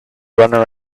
runner